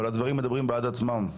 אבל הדברים מדברים בעד עצמם.